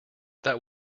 that